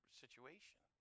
situation